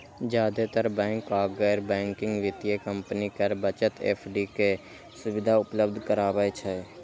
जादेतर बैंक आ गैर बैंकिंग वित्तीय कंपनी कर बचत एफ.डी के सुविधा उपलब्ध कराबै छै